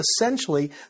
essentially